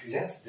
Yes